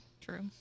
True